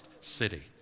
city